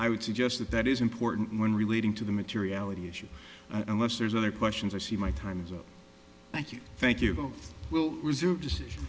i would suggest that that is important when relating to the materiality issue unless there's other questions i see my time's up thank you thank you both will reserve decision